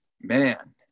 Man